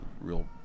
real